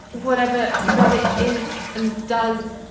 whatever reddit is. and does.